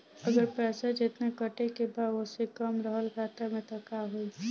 अगर पैसा जेतना कटे के बा ओसे कम रहल खाता मे त का होई?